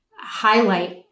highlight